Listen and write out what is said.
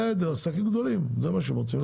זה מה שעסקים גדולים רוצים.